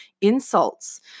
insults